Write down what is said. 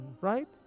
right